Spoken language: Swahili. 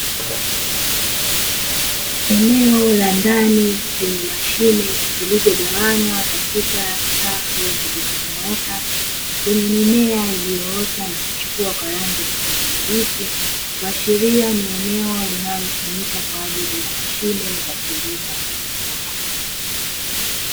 Eneo la ndani lenye mashine zilizogawanywa katika safu zilizonyooka, zenye mimea iliyoota na kuchipua kwa rangi ya kijani kibichi, kuashiria ni eneo linalotumika kwa ajili ya mashine za kilimo.